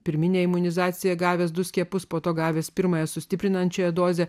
pirminė imunizacija gavęs du skiepus po to gavęs pirmąją sustiprinančią dozę